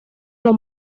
los